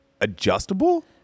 adjustable